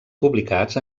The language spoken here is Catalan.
publicats